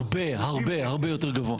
הרבה הרבה יותר גבוה.